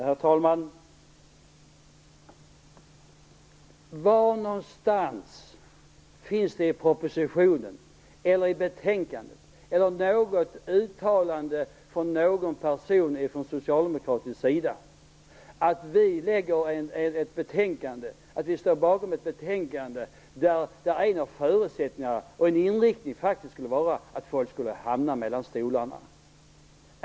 Herr talman! Var någonstans i propositionen eller betänkandet, eller i ett uttalande från någon socialdemokrat, nämns det någonting om att vi står bakom ett betänkande där en av förutsättningarna och inriktningen faktiskt är att folk skall hamna mellan stolarna?